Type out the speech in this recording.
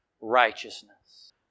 righteousness